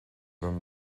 orm